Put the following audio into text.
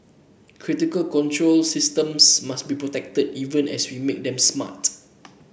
critical control systems must be protected even as we make them smart